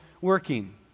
working